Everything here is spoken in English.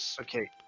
Okay